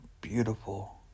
beautiful